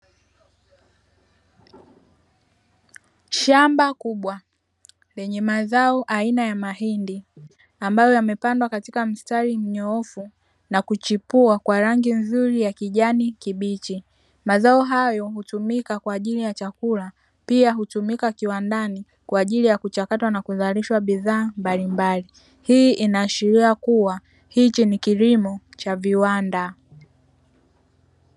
Shamba kubwa lenye mazao aina ya mahindi, ambayo yamepandwa katika mstari mnyoofu na kuchipua kwa rangi nzuri ya kijani kibichi, mazao hayo hutumika kwa ajili ya chakula, pia hushumika kiwandani kwa ajili ya kuchakatwa na kuzalishwa bidhaa mbalimbali. Hii ina ashiria kuwa hiki ni kilimo cha viwanda.